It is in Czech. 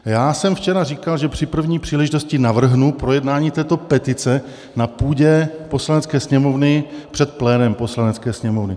A já jsem včera říkal, že při první příležitosti navrhnu projednání této petice na půdě Poslanecké sněmovny před plénem Poslanecké sněmovny.